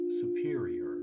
superior